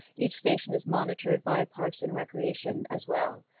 each station is monitored by parks and recreation as well,